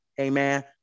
Amen